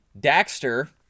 Daxter